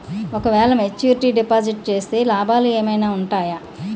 ఓ క వేల maturity deposit చేస్తే లాభాలు ఏమైనా ఉంటాయా?